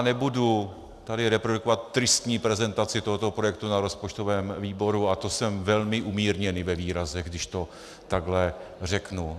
Nebudu tady reprodukovat tristní prezentaci tohoto projektu na rozpočtovém výboru, a to jsem velmi umírněný ve výrazech, když to takhle řeknu.